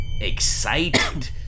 excited